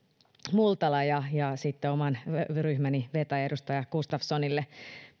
multala ja sitten oman ryhmäni vetäjälle edustaja gustafssonille